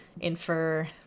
infer